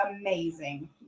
amazing